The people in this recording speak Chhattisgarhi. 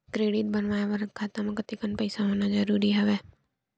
क्रेडिट बनवाय बर खाता म कतेकन पईसा होना जरूरी हवय?